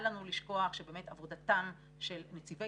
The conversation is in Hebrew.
אל לנו לשכוח שבאמת עבודתם של נציבי